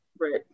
Right